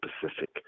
Pacific